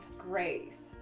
grace